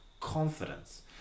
confidence